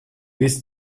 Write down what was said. bis